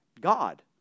God